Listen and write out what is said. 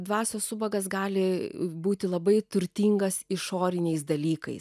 dvasios ubagas gali būti labai turtingas išoriniais dalykais